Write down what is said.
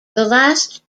last